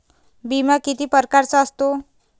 बिमा किती परकारचा असतो?